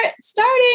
starting